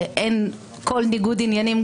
ואין כל ניגוד עניינים,